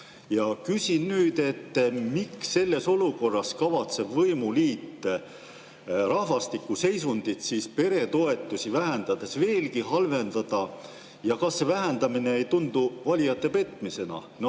Küsin nüüd, miks selles olukorras kavatseb võimuliit rahvastiku seisundit peretoetusi vähendades veelgi halvendada. Kas see ei tundu valijate petmisena,